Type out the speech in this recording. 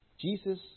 Jesus